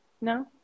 No